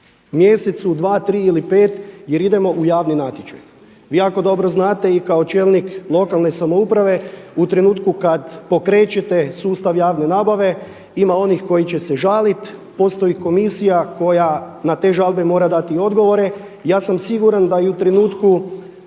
mjesecu dva, tri ili pet jer idemo u javni natječaj. Vi jako dobro znate i kao čelnik lokalne samouprave u trenutku kada pokrećete sustav javne nabave ima onih koji će se žaliti, postoji komisija na te žalbe mora dati odgovore. Ja sam siguran da i u trenutku